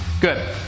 Good